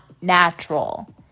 natural